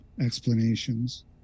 explanations